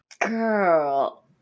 Girl